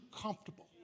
comfortable